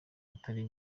atari